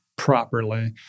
properly